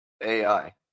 AI